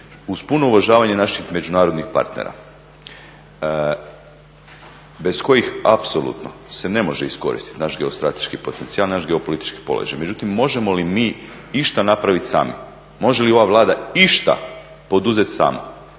Uz puno uvažavanje naših međunarodnih partnera bez kojih apsolutno se ne može iskoristiti naš geostrateški potencijal i naše geopolitički položaj, međutim možemo li mi išta napraviti sami, može li ova Vlada išta poduzeti sama?